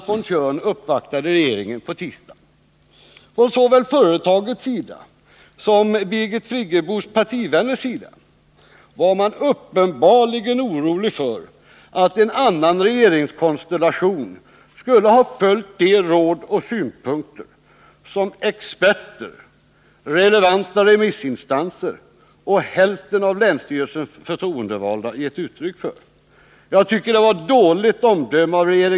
16 november 1979 Såväl företaget som Birgit Friggebos partivänner var uppenbarligen oroliga för att en annan regeringskonstellation skulle ha följt de råd och synpunkter Om regeringens som experter, relevanta remissinstanser och hälften av länsstyrelsens tillstånd till utbygg förtroendevalda gett uttryck för.